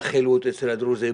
בח'ילוות אצל הדרוזים,